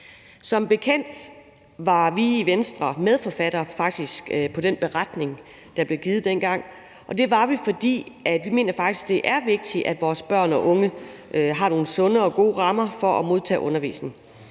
Som bekendt var vi i Venstre faktisk medforfattere på den beretning, der blev lavet dengang, og det var vi, fordi vi mente, at det var vigtigt, at vores børn og unge havde nogle sunde og gode rammer for at modtage undervisning,